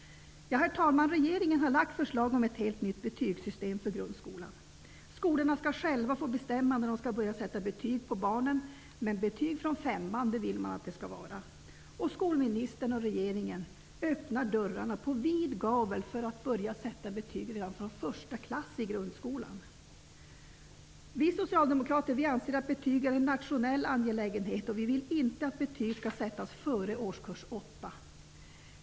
Herr talman! Regeringen har lagt fram förslag om ett helt nytt betygssystem för grundskolan. Skolorna skall själva få bestämma när de skall börja sätta betyg på barnen. Men betyg från femman vill man att det skall vara. Skolministern och regeringen öppnar dörrarna på vid gavel när det gäller att sätta betyg redan i första klass i grundskolan. Vi socialdemokrater anser att betyg är en nationell angelägenhet, och vi vill inte att betyg skall sättas före årskurs 8.